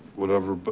whatever, but